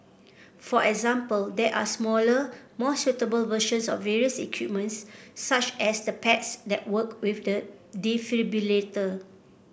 for example there are smaller more suitable versions of various equipment's such as the pads that work with the defibrillator